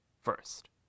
First